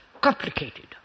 complicated